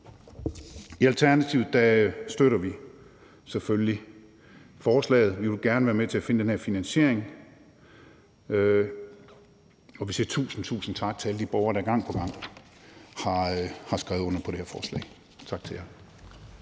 I Alternativet støtter vi selvfølgelig forslaget. Vi vil gerne være med til at finde den her finansiering. Og vi siger tusind, tusind tak til alle de borgere, der gang på gang har skrevet under på det her forslag – tak til jer.